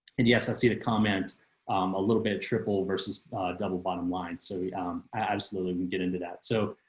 and yes, i see the comment a little bit triple versus double bottom line. so we absolutely can get into that. so,